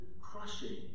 crushing